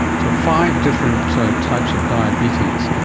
so five different types of diabetes.